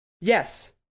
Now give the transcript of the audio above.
yes